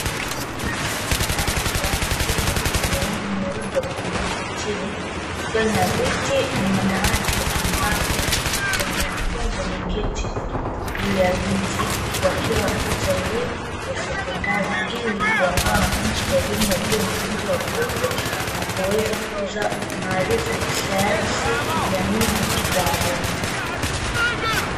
Darasa kubwa lenye rangi nyeupe na marumaru kwa chini, likiwa lina viti au madawati ambapo wanafunzi wameketi juu ya viti wakiwa wanapata elimu ya sekondari ili kuandaa wanafunzi kwa elimu juu ya mafunzo ya ufundi na kuweza kukuza maarifa ya kisayansi, kijamii na kitaaluma.